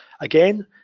again